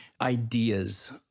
ideas